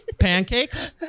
pancakes